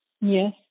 Yes